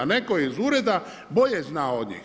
Netko iz ureda bolje zna od njih.